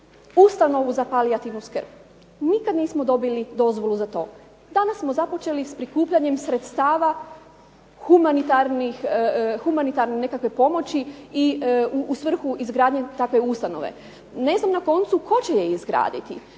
ustanovu za palijativnu skrb. Nikad nismo dobili dozvolu za to. Danas smo započeli sa prikupljanjem sredstava humanitarne nekakve pomoći i u svrhu izgradnje takve ustanove. Ne znam na koncu tko će je izgraditi.